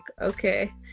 okay